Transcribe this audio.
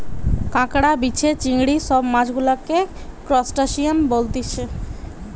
কাঁকড়া, বিছে, চিংড়ি সব মাছ গুলাকে ত্রুসটাসিয়ান বলতিছে